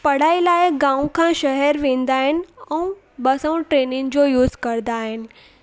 पढ़ाई लाइ गांव खां शहरु वेंदा आहिनि ऐं बस ऐं ट्रेनियुनि जो यूस कंदा आहिनि